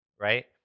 right